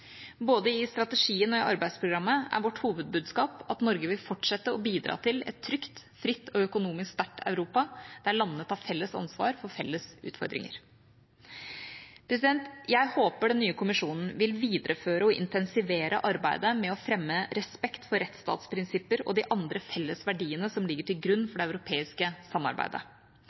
Både i strategien og i arbeidsprogrammet er vårt hovedbudskap at Norge vil fortsette å bidra til et trygt, fritt og økonomisk sterkt Europa, der landene tar felles ansvar for felles utfordringer. Jeg håper den nye kommisjonen vil videreføre og intensivere arbeidet med å fremme respekt for rettsstatsprinsipper og de andre felles verdiene som ligger til grunn for det europeiske samarbeidet.